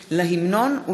סלימאן,